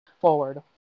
forward